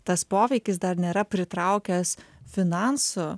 tas poveikis dar nėra pritraukęs finansų